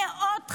מאות חטופים.